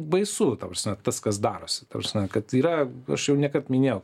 baisu ta prasme tas kas darosi ta prasme kad yra aš jau nekart minėjau